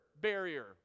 barrier